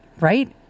right